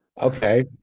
okay